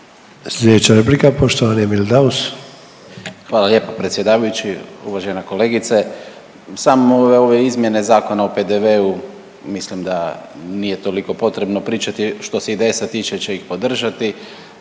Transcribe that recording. Emil Daus. **Daus, Emil (IDS)** Hvala lijepo predsjedavajući. Uvažena kolegice. Same ove izmjene Zakona o PDV-u mislim nije toliko potrebno pričati, što se IDS-a tiče će ih podržati